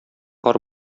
кар